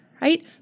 right